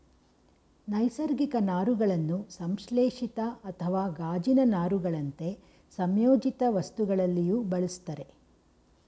ನೈಸರ್ಗಿಕ ನಾರುಗಳನ್ನು ಸಂಶ್ಲೇಷಿತ ಅಥವಾ ಗಾಜಿನ ನಾರುಗಳಂತೆ ಸಂಯೋಜಿತವಸ್ತುಗಳಲ್ಲಿಯೂ ಬಳುಸ್ತರೆ